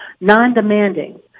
non-demanding